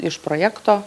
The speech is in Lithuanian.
iš projekto